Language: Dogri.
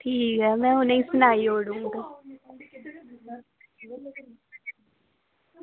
ठीक ऐ में उ'नेंगी सनाई ओड़ङ